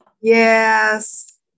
Yes